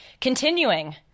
Continuing